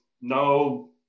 no